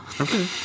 Okay